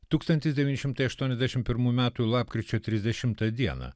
tūkstantis devyni šimtai aštuoniasdešim pirmų metų lapkričio trisdešimtą dieną